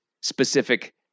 specific